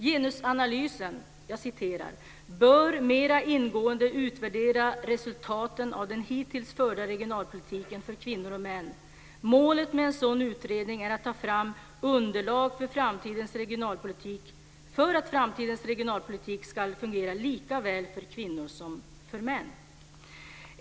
Genusanalysen "bör mera ingående utvärdera resultaten av den hittills förda regionalpolitiken för kvinnor och män. Målet med en sådan utredning är att ta fram underlag för att framtidens regionalpolitik skall fungera lika väl för kvinnor som för män."